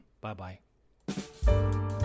Bye-bye